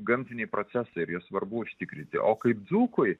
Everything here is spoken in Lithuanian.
gamtiniai procesai ir juos svarbu užtikrinti o kaip dzūkui